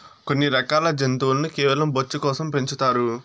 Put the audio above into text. కొన్ని రకాల జంతువులను కేవలం బొచ్చు కోసం పెంచుతారు